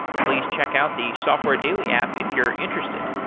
please check out the software daily app if you're interested